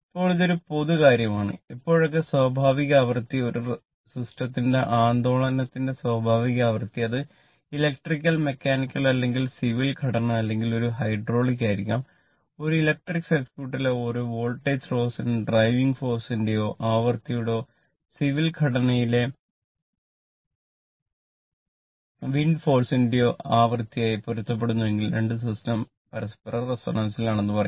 ഇപ്പോൾ ഇത് ഒരു പൊതു കാര്യമാണ് എപ്പോഴൊക്കെ സ്വാഭാവിക ആവൃത്തി ഒരു സിസ്റ്റത്തിന്റെ ആന്ദോളനത്തിന്റെ സ്വാഭാവിക ആവൃത്തി അത് ഇലക്ട്രിക്കൽ മെക്കാനിക്കൽ അല്ലെങ്കിൽ സിവിൽ ഘടന അല്ലെങ്കിൽ ഒരു ഹൈഡ്രോളിക് ആയിരിക്കാം ഒരു ഇലക്ട്രിക് സർക്യൂട്ടിലെ ഒരു വോൾട്ടേജ് സ്രോതസ്സിന്റെ ഡ്രൈവിംഗ് ഫോഴ്സിന്റെ ആണെന്നു പറയാം